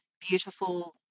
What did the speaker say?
beautiful